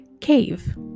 cave